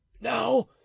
Now